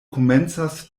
komencas